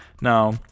Now